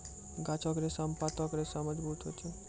गाछो क रेशा म पातो केरो रेशा मजबूत होय छै